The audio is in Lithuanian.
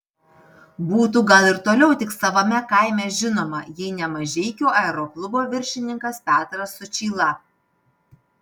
būtų gal ir toliau tik savame kaime žinoma jei ne mažeikių aeroklubo viršininkas petras sučyla